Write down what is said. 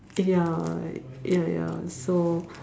ya ya ya so